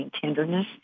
tenderness